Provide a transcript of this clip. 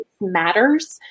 matters